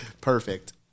perfect